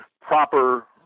proper